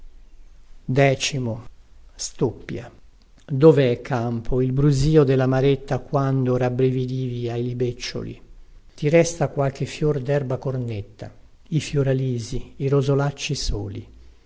spirito solitario dovè campo il brusìo della maretta quando rabbrividivi ai libeccioli ti resta qualche fior derba cornetta i fioralisi i rosolacci soli